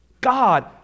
God